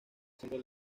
centro